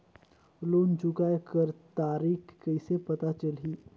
Loan चुकाय कर तारीक कइसे पता चलही?